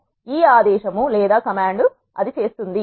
ఇది ఈ ఆదేశము లేదా కమాండ్ చేస్తుంది